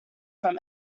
from